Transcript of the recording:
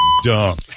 Dumb